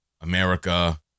America